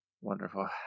Wonderful